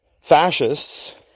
fascists